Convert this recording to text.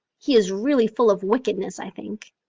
he is really full of wickedness, i think.